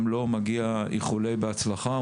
גם לו מגיע איחולי הצלחה,